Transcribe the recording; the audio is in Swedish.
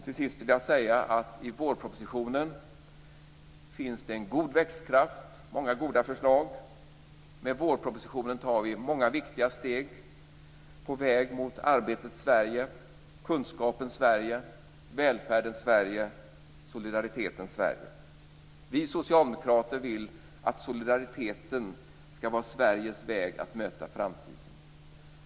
Till sist vill jag säga att det i vårpropositionen finns en god växtkraft och många goda förslag. Med vårpropositionen tar vi många viktiga steg på väg mot arbetets Sverige, kunskapens Sverige, välfärdens Sverige och solidaritetens Sverige. Vi socialdemokrater vill att solidariteten skall vara Sveriges väg att möta framtiden.